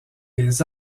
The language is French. les